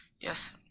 Yes